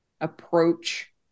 approach